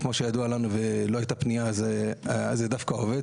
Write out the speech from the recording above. כמו שידוע לנו ולא הייתה פנייה, זה דווקא עובד.